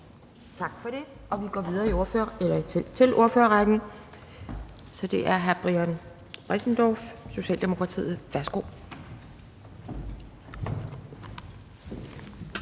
Tak for det. Vi går videre til ordførerrækken, så det er hr. Brian Bressendorff, Socialdemokratiet. Værsgo.